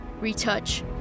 retouch